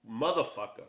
motherfucker